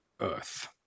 Earth